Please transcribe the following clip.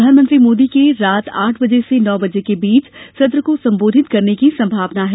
प्रधानमंत्री मोदी के रात आठ बजे से नौ बजे के बीच सत्र को संबोधित करने की संभावना है